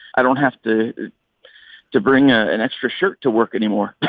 i don't have to to bring ah an extra shirt to work anymore